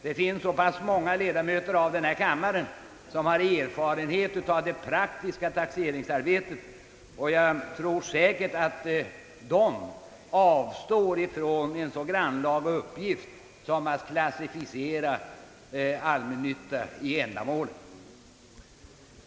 Det finns många ledamöter av denna kammare som har erfarenheter av det praktiska taxeringsarbetet, och jag tror säkert att de avstår från en så grannlaga uppgift som att klassificera ett ändamål som allmännyttigt.